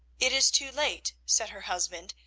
it is too late, said her husband,